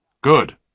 Good